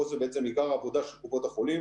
פה זה בעצם עיקר העבודה של קופות החולים